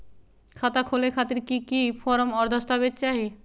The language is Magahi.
खाता खोले खातिर की की फॉर्म और दस्तावेज चाही?